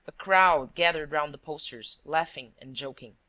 a crowd gathered round the posters, laughing and joking.